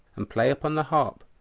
and play upon the harp,